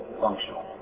functional